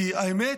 כי האמת,